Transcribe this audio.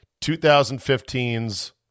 2015's